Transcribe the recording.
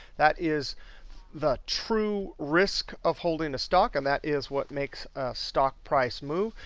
that is the true risk of holding a stock. and that is what makes a stock price move.